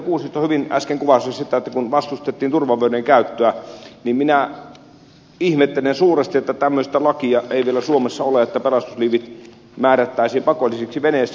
kuusisto hyvin äsken kuvasi sitä kun vastustettiin turvavöiden käyttöä mitä ihmettelen suuresti että tämmöistä lakia ei vielä suomessa ole että pelastusliivi määrättäisiin pakolliseksi veneessä